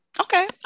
Okay